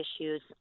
issues